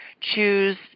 choose